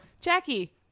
Jackie